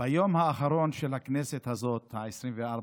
ביום האחרון של הכנסת הזאת, העשרים-וארבע,